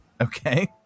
Okay